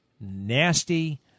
nasty